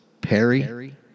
Perry